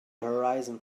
horizon